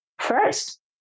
first